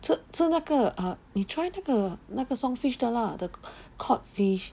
吃吃那个 err 你 try 那个那个 song fish 的 lah the codfish